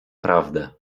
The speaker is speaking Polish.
prawdę